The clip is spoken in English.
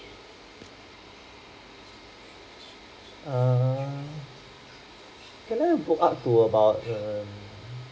err can I book up for about err